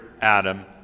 Adam